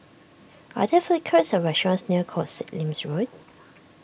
are there food courts or restaurants near Koh Sek Lim's Road